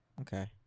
okay